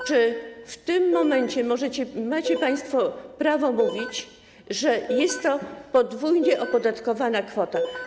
Czy w tym momencie macie państwo prawo mówić, że jest to podwójnie opodatkowana kwota?